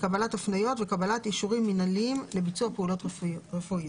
קבלת הפניות וקבלת אישורים מינהליים לביצוע פעולות רפואיות.